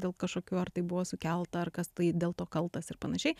dėl kažkokių ar tai buvo sukelta ar kas tai dėl to kaltas ir panašiai